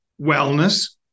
Wellness